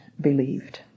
believed